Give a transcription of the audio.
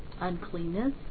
uncleanness